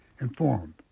informed